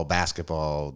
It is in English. basketball